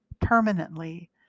permanently